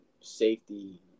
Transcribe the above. safety